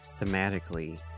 thematically